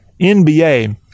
NBA